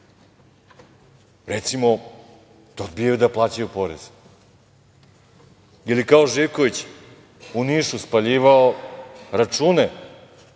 Recimo, da odbiju da plaćaju porez ili kao Živković u Nišu spaljivao račune